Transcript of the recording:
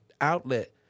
outlet